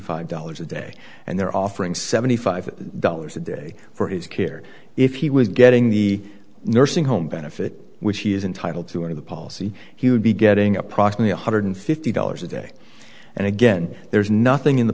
five dollars a day and they're offering seventy five dollars a day for his care if he was getting the nursing home benefit which he is entitled to under the policy he would be getting approximately one hundred fifty dollars a day and again there's nothing in the